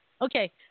Okay